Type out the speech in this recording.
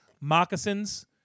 Moccasins